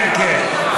כן, כן.